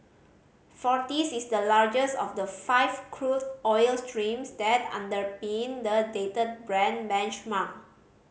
Forties is the largest of the five crude oil streams that underpin the dated Brent benchmark